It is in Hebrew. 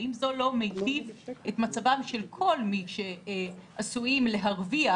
האם זה לא מיטיב את מצבם של כל מי שעשויים להרוויח